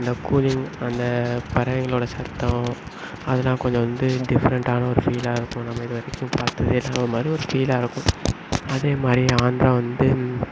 அந்த கூலிங் அந்த பறவைகளோட சத்தம் அதெல்லாம் கொஞ்சம் வந்து டிஃப்ரெண்ட்டான ஒரு ஃபீலாக இருக்கும் நம்ம இதுவரைக்கும் பார்த்ததே இல்லாத மாதிரி ஒரு ஃபீலாக இருக்கும் அதே மாதிரி ஆந்திரா வந்து